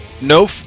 no